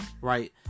right